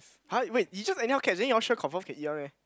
[huh] wait you just anyhow catch then you all sure confirm can eat one meh